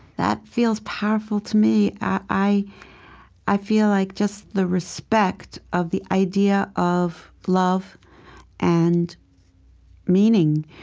that feels powerful to me. i i feel like just the respect of the idea of love and meaning.